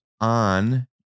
on